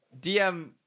DM